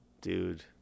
dude